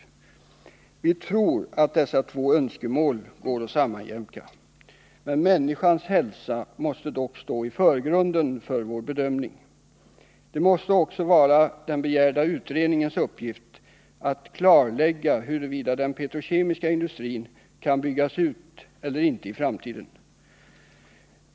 Vi tror att dessa två önskemål går att sammanjämka. Människans hälsa måste dock stå i förgrunden vid vår bedömning. Det måste också vara den begärda utredningens uppgift att klarlägga huruvida den petrokemiska industrin kan byggas ut i Stenungsund eller inte i framtiden.